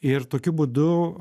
ir tokiu būdu